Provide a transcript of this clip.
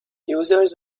users